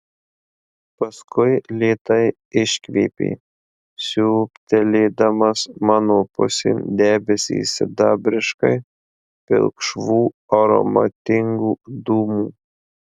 paskui lėtai iškvėpė siūbtelėdamas mano pusėn debesį sidabriškai pilkšvų aromatingų dūmų